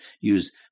use